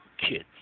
kids